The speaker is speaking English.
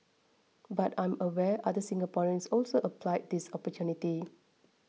but I am aware other Singaporeans also applied this opportunity